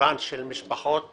כאבן של משפחות